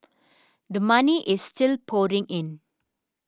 the money is still pouring in